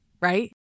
right